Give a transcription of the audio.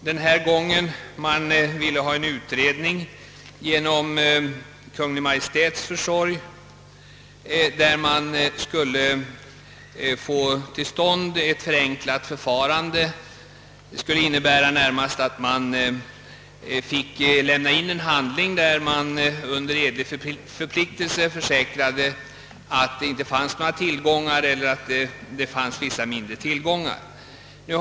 Man önskar att Kungl. Maj:t låter genomföra en utredning i syfte att få till stånd ett förenklat bouppteckningsförfarande. Detta skulle närmast inskränka sig till att en handling inlämnas, på vilken det under edlig förpliktelse försäkras att det inte finns några tillgångar eller att vissa mindre sådana finns.